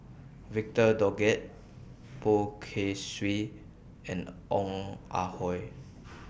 Victor Doggett Poh Kay Swee and Ong Ah Hoi